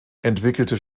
entwickelte